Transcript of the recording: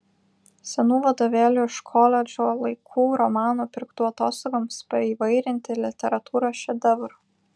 senų vadovėlių iš koledžo laikų romanų pirktų atostogoms paįvairinti literatūros šedevrų